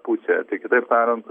pusėje kitaip tariant